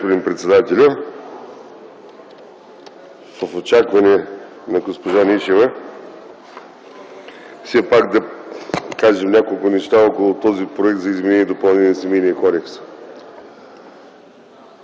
Ви, господин председателю. В очакване на госпожа Нешева, все пак да кажем няколко неща около този проект за изменение и допълнение на Семейния кодекс.